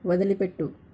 వదిలిపెట్టు